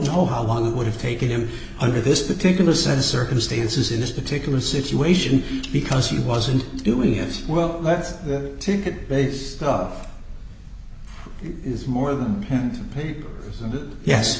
oh how long it would have taken him under this particular set of circumstances in this particular situation because he wasn't doing as well let's take it based stuff is more than pen and paper yes